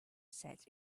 set